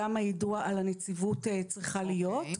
גם היידוע על הנציבות צריך להיות.